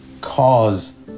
cause